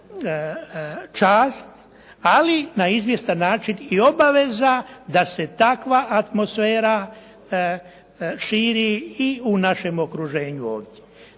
ali na izvjestan način i obaveza da se takva atmosfera širi i u našem okruženju ovdje.